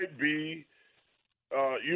be—you